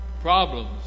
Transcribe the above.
problems